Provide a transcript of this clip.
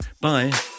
Bye